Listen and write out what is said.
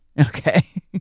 Okay